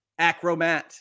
Acromat